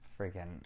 freaking